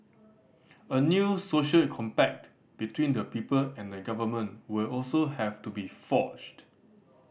a new social compact between the people and the government will also have to be forged